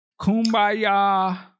kumbaya